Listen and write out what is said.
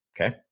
okay